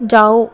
ਜਾਓ